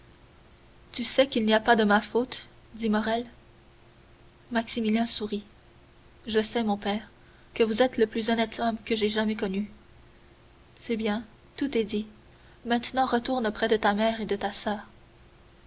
tu sais qu'il n'y a pas de ma faute dit morrel maximilien sourit je sais mon père que vous êtes le plus honnête homme que j'aie jamais connu c'est bien tout est dit maintenant retourne près de ta mère et de ta soeur